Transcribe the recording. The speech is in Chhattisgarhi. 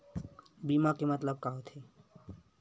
बीमा के मतलब का होथे?